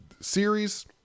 series